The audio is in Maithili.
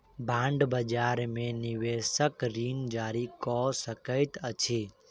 बांड बजार में निवेशक ऋण जारी कअ सकैत अछि